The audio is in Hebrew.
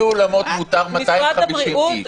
איך זה שאם זה אולמות מותר 250 איש?